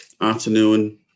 afternoon